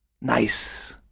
Nice